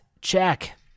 check